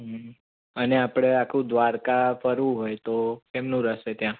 હમ અને આપણે આખું દ્વારકા ફરવું હોય તો કેમનું રહેશે ત્યાં